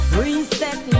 reset